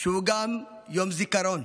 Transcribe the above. שהוא גם יום זיכרון,